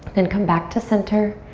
and come back to center.